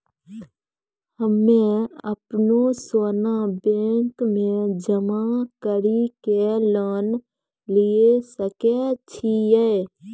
हम्मय अपनो सोना बैंक मे जमा कड़ी के लोन लिये सकय छियै?